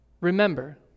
remember